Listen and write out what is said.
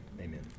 amen